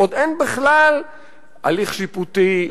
עוד אין בכלל הליך שיפוטי,